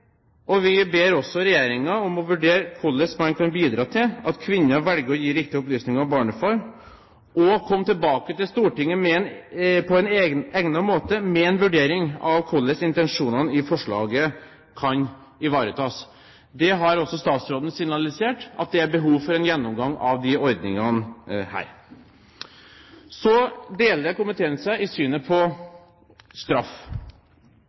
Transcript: enig. Vi ber også «regjeringen vurdere hvordan man kan bidra til at kvinner velger å gi riktige opplysninger om barnefar, og komme tilbake til Stortinget på en egnet måte med en vurdering av hvordan intensjonene i forslaget kan ivaretas». Statsråden har også signalisert at det er behov for en gjennomgang av disse ordningene. Så deler komiteen seg i synet på straff.